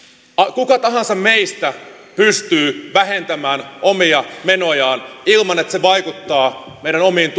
kuka tahansa meistä pystyy vähentämään omia menojaan ilman että se vaikuttaa meidän omiin